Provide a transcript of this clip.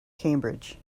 cambridge